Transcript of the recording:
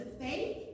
faith